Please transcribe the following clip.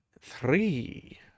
three